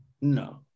No